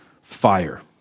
fire